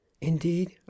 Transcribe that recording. Indeed